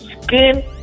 skin